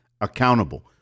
accountable